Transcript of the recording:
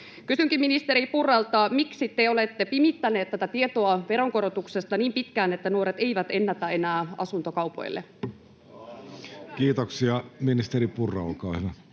Kysynkin ministeri Purralta: miksi te olette pimittäneet tätä tietoa veronkorotuksesta niin pitkään, että nuoret eivät ennätä enää asuntokaupoille? [Välihuutoja perussuomalaisten